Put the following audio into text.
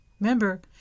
Remember